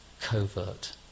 covert